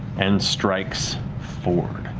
and strikes fjord.